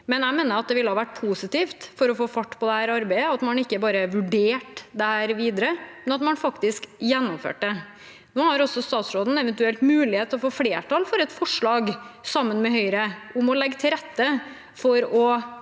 men jeg mener det ville ha vært positivt for å få fart på dette arbeidet at man ikke bare vurderte dette videre, men faktisk gjennomførte det. Nå har statsråden eventuelt mulighet til å få flertall for et forslag, sammen med Høyre, om å legge til rette for å